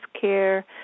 care